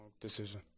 decision